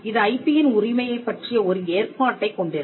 இது ஐபியின் உரிமையைப் பற்றிய ஒரு ஏற்பாட்டைக் கொண்டிருக்கும்